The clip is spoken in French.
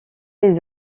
les